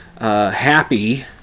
happy